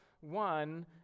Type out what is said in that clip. one